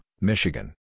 Michigan